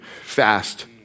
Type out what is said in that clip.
fast